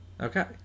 Okay